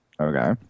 Okay